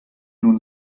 nun